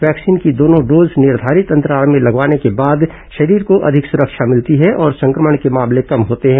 vaccine की दोनों dose निर्घारित अंतराल में लगवाने के बाद शरीर को अधिक सुरक्षा मिलती है और संक्रमण के मामले कम होते हैं